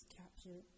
capture